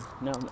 no